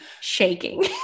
shaking